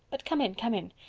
but come in, come in.